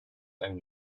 own